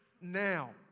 now